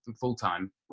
full-time